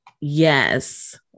Yes